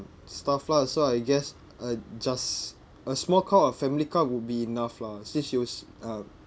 stuff lah so I guess uh just a small car or family car would be enough lah since it was uh